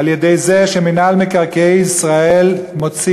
על-ידי זה שמינהל מקרקעי ישראל מוציא